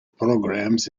programs